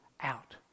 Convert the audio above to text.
out